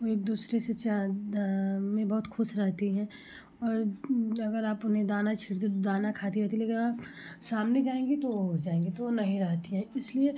वो एक दुसरे से में बहुत खुश रहती हैं और अगर आप उन्हें दाना छीट दें तो दाना खाती रहती हैं लेकिन आप सामने जायेंगे तो जायेंगे तो वो नहीं रहती हैं इसलिए